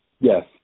Yes